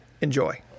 Enjoy